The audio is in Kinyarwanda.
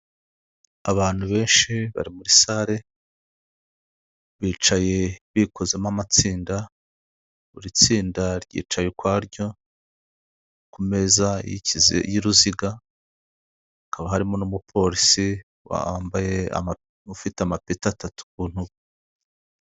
Abantu benshi bari muri sare, bicaye bikozemo amatsinda, buri tsinda ryicaye ukwaryo ku meza y'ikize y'uruziga, hakaba harimo n'umupolisi wambaye ama ufite amapeti atatu ku ntugu.